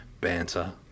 banter